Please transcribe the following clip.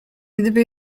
gdyby